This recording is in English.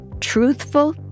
truthful